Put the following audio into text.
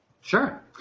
Sure